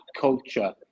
culture